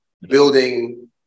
building